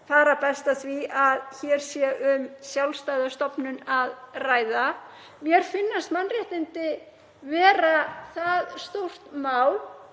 fara best á því að hér sé um sjálfstæða stofnun að ræða. Mér finnast mannréttindi vera það stórt mál